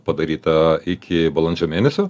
padaryta iki balandžio mėnesio